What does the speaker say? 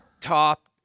top